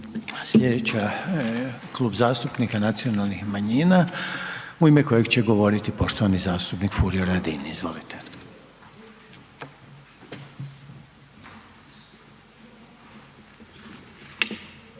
Sljedeći Klub zastupnik nacionalnih manjina u ime kojeg će govoriti poštovani zastupnik Furio Radin. Izvolite.